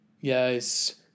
yes